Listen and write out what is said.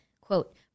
Quote